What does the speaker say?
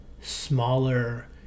smaller